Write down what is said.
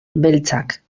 beltzak